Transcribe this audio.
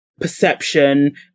perception